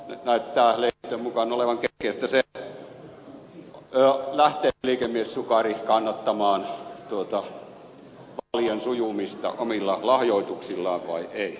nyt näyttää lehdistön mukaan olevan keskeistä se lähteekö liikemies sukari kannattamaan vaalien sujumista omilla lahjoituksillaan vai ei